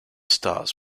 stars